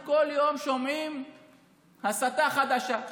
כל יום אנחנו שומעים הסתה חדשה,